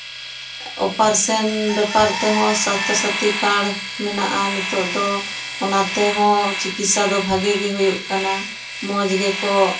operation ᱵᱮᱯᱚᱨ ᱛᱮᱦᱚᱸ Swasthya Sathi card ᱢᱮᱱᱟᱜᱼᱟ ᱱᱤᱛᱳᱜ ᱫᱚ ᱚᱱᱟ ᱛᱮᱦᱚᱸ ᱪᱤᱠᱤᱛᱥᱟ ᱫᱚ ᱵᱷᱟᱜᱮ ᱜᱮ ᱦᱩᱭᱩᱜ ᱠᱟᱱᱟ ᱢᱚᱡᱽ ᱜᱮᱠᱚ